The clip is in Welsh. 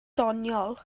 doniol